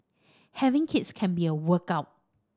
having kids can be a workout